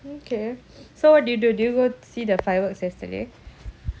okay so what did you do did you so see the fireworks yesterday